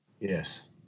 Yes